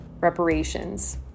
reparations